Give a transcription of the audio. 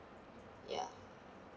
ya